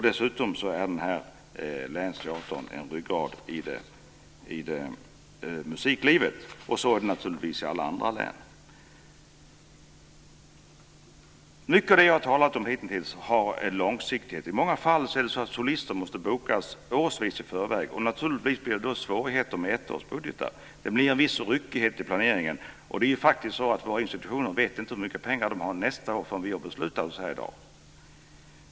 Dessutom är den här länsteatern en ryggrad i musiklivet, och så är det naturligtvis i alla andra län. Mycket av det som jag har talat om hitintills handlar om en långsiktighet. I många fall måste solisten bokas år i förväg, och naturligtvis blir det då svårigheter med ettårsbudgetar. Det blir en viss ryckighet i planeringen. Och våra institutioner vet faktiskt inte hur mycket pengar de har nästa år förrän vi har beslutat oss här i dag.